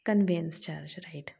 कन्वेन्स charge right